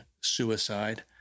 suicide